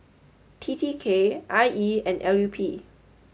T T K I E and L U P